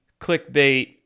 clickbait